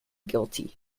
guilty